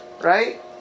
Right